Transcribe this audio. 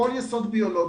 כל יסוד ביולוגי,